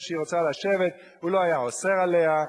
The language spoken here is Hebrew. שהיא רוצה לשבת הוא לא היה אוסר עליה.